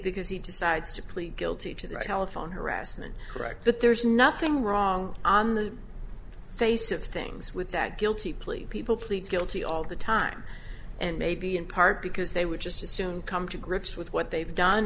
because he decides to plead guilty to the telephone harassment correct but there's nothing wrong on the face of things with that guilty plea people plead guilty all the time and maybe in part because they would just assume come to grips with what they've done